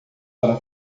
para